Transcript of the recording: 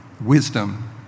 wisdom